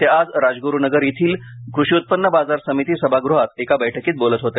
ते आज राजग्रुनगर येथील कृषी उत्पन्न बाजार समिती सभागृहात एका बैठकीत बोलत होते